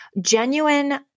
genuine